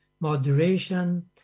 moderation